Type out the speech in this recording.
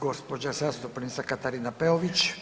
Gđa. zastupnica Katarina Peović.